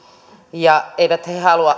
ja eivät he halua